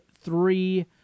three